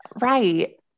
Right